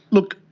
look,